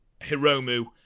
Hiromu